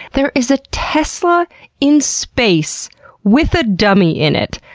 there is a tesla in space with a dummy in it!